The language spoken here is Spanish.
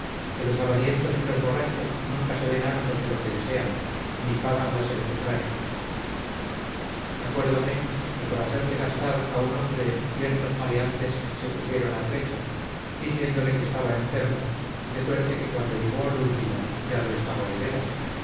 que los avarientos y los borrachos nunca se ven hartos de lo que desean ni apagan la sed que traen acuérdome que por hacerle gastar a un hombre ciertos maleantes se pusieron a trechos diciéndole que estaba enfermo de suerte que cuando llegó al último ya lo estaba de veras